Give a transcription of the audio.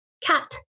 cat